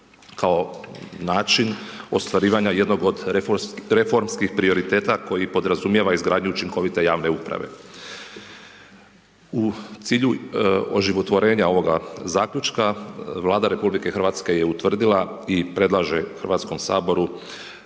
kao način ostvarivanja jednog od reformskih prioriteta koji podrazumijeva izgradnju učinkovite javne uprave. U cilju oživotvorenja ovoga zaključka, Vlada Republike Hrvatske je utvrdila i predlaže hrvatskom saboru